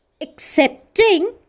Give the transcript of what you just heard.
accepting